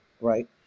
Right